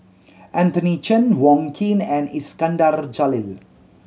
Anthony Chen Wong Keen and Iskandar Jalil